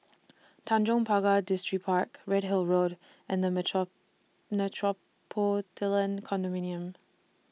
Tanjong Pagar Distripark Redhill Road and The Metropolitan Condominium